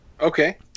Okay